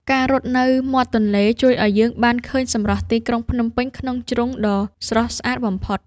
ការរត់នៅមាត់ទន្លេជួយឱ្យយើងបានឃើញសម្រស់ទីក្រុងភ្នំពេញក្នុងជ្រុងដ៏ស្រស់ស្អាតបំផុត។